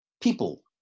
people